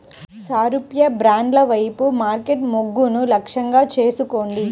సారూప్య బ్రాండ్ల వైపు మార్కెట్ మొగ్గును లక్ష్యంగా చేసుకోండి